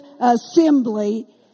assembly